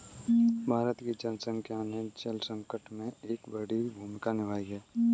भारत की जनसंख्या ने जल संकट में एक बड़ी भूमिका निभाई है